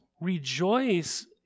rejoice